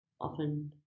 often